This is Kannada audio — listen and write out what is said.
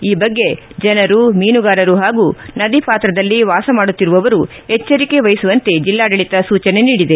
ಈ ಬಗ್ಗೆ ಜನರು ಮೀನುಗಾರರು ಹಾಗೂ ನದಿ ಪಾತ್ರದಲ್ಲಿ ವಾಸಮಾಡುತ್ತಿರುವವರು ಎಚ್ಚರಿಕೆ ವಹಿಸುವಂತೆ ಜಿಲ್ಲಾಡಳಿತ ಸೂಚನೆ ನೀಡಿದೆ